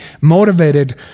motivated